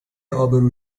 ابرو